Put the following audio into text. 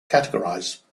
categorize